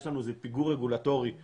יש לנו פיגור רגולטורי אינהרנטי.